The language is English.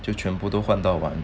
就全部都换到完